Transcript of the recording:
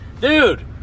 Dude